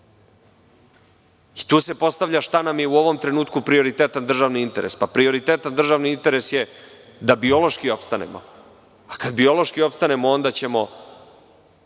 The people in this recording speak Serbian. se postavlja pitanje šta nam je u ovom trenutku prioritetan državni interes? Prioritetan državni interes je da biološki opstanemo. Kada biološki opstanemo onda ćemo